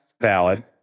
valid